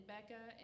Becca